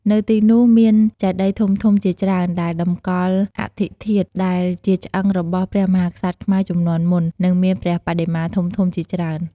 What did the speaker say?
នៅទីនោះមានចេតិយធំៗជាច្រើនដែលតម្កល់អដ្ឋិធាតុ ដែលជាឆ្អឹងរបស់ព្រះមហាក្សត្រខ្មែរជំនាន់មុន និងមានព្រះបដិមាធំៗជាច្រើន។